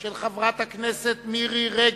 של חברת הכנסת מירי רגב.